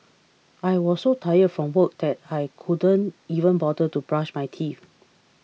I was so tired from work that I couldn't even bother to brush my teeth